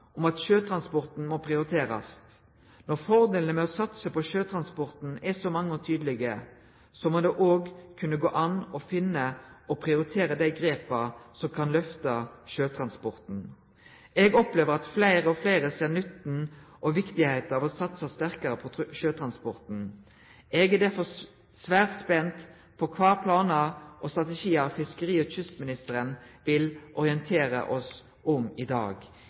om at sjøtransporten må prioriterast, når fordelane med å satse på sjøtransporten er så mange og tydelege, må det òg kunne gå an å finne og prioritere dei grepa som kan lyfte sjøtransporten. Eg opplever at fleire og fleire ser nytten og viktigheita av å satse sterkare på sjøtransporten. Eg er derfor svært spent på kva planar og strategiar fiskeri- og kystministeren vil orientere oss om i dag,